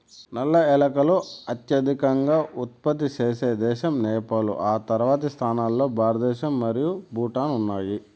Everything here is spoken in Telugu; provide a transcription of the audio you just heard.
నల్ల ఏలకులు అత్యధికంగా ఉత్పత్తి చేసే దేశం నేపాల్, ఆ తర్వాతి స్థానాల్లో భారతదేశం మరియు భూటాన్ ఉన్నాయి